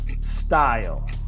style